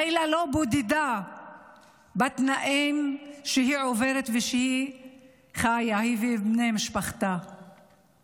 לילה לא בודדה בתנאים שהיא עוברת ושהיא ובני משפחתה חיים בהם.